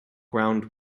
ground